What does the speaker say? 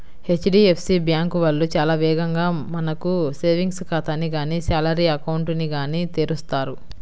HDFC bank వాళ్ళు చాలా వేగంగా మనకు సేవింగ్స్ ఖాతాని గానీ శాలరీ అకౌంట్ ని గానీ తెరుస్తారు